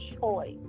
choice